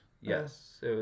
yes